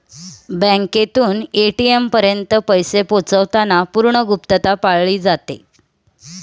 बँकेतून ए.टी.एम पर्यंत पैसे पोहोचवताना पूर्ण गुप्तता पाळली जाते